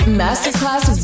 masterclass